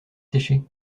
sécher